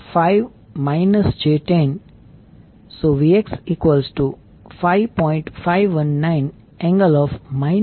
25 4 j135 j105